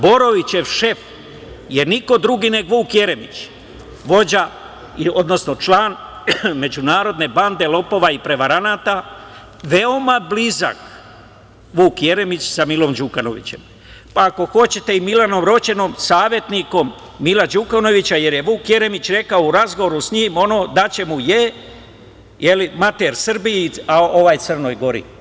Borovićev šef je niko drugi nego Vuk Jeremić, vođa, odnosno član međunarodne bande lopova i prevaranata, veoma blizak Vuk Jeremić sa Milom Đukanovićem, pa ako hoćete i Milanom Roćenom, savetnikom Mila Đukanovića, jer je Vuk Jeremić rekao u razgovoru sa njim da će mu je…, je li, mater Srbiji, a ovaj Crnoj Gori.